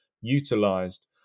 utilized